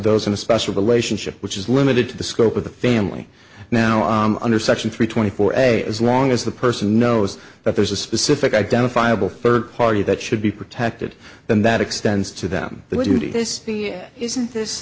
those in a special relationship which is limited to the scope of the family now i'm under section three twenty four a as long as the person knows that there's a specific identifiable third party that should be protected and that extends to them